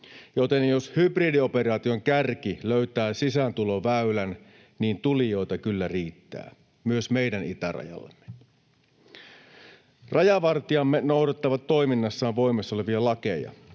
joten jos hybridioperaation kärki löytää sisääntuloväylän, niin tulijoita kyllä riittää, myös meidän itärajallemme. Rajavartijamme noudattavat toiminnassaan voimassa olevia lakeja.